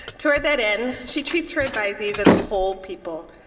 toward that end, she treats her advisees as whole people.